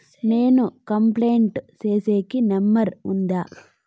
నేను కంప్లైంట్ సేసేకి నెంబర్ ఉందా?